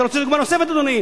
אתה רוצה דוגמה נוספת, אדוני?